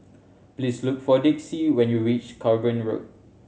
please look for Dixie when you reach Cranborne Road